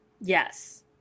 Yes